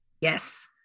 Yes